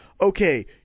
okay